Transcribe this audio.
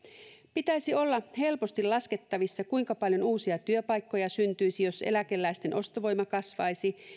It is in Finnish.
pitäisi olla helposti laskettavissa kuinka paljon uusia työpaikkoja syntyisi jos eläkeläisten ostovoima kasvaisi